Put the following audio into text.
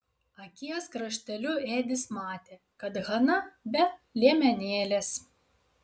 akies krašteliu edis matė kad hana be liemenėlės